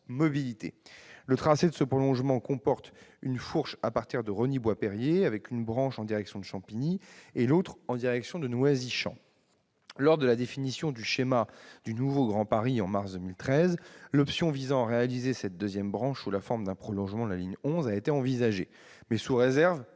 Mobilités. Le tracé de ce prolongement comporte une fourche à partir de Rosny-Bois-Perrier, avec une branche en direction de Champigny et une autre en direction de Noisy-Champs. Lors de la définition du schéma du nouveau Grand Paris, en mars 2013, l'option visant à réaliser cette seconde branche sous la forme d'un prolongement de la ligne 11 avait été envisagée, sous réserve